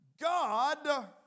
God